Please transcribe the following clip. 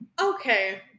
Okay